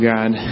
God